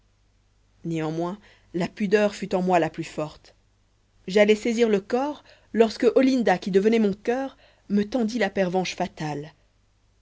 néanmoins la pudeur fut en moi la plus forte j'allais saisir le cor lorsque olinda qui devinait mon coeur me tendit la pervenche fatale